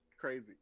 crazy